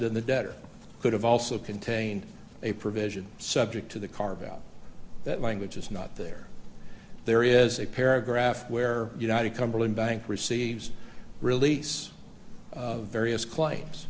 in the debtor could have also contained a provision subject to the carve out that language is not there there is a paragraph where united cumberland bank receives release various claims